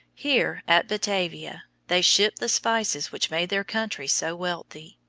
here, at batavia, they shipped the spices which made their country so wealthy.